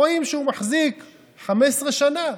רואים שהוא מחזיק 15 שנה.